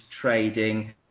trading